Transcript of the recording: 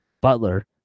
Butler